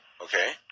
Okay